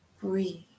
Breathe